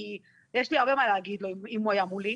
כי יש לי הרבה להגיד לו אם הוא היה מולי.